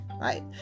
right